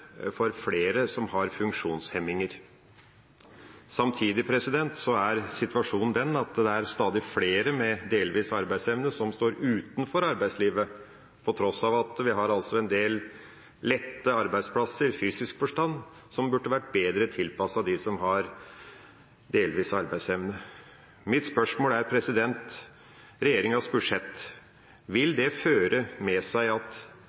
for flere som har funksjonshemninger. Men situasjonen er den at det er stadig flere med delvis arbeidsevne som står utenfor arbeidslivet, på tross av at vi har en del lette arbeidsplasser i fysisk forstand som burde vært bedre tilpasset dem som har delvis arbeidsevne. Mitt spørsmål er: Vil regjeringas budsjett føre med seg at